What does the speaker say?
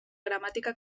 gramàtica